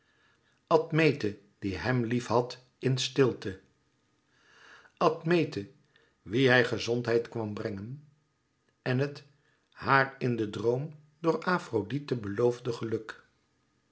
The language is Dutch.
admete die hem lief had in stilte admete wie hij gezondheid kwam brengen en het haar in den droom door afrodite beloofde geluk